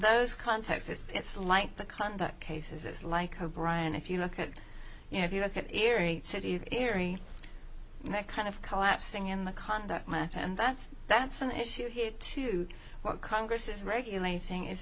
those contexts it's like the conduct cases like o'brien if you look at you know if you look at erie city theory that kind of collapsing in the conduct matter and that's that's an issue here too what congress is regulating is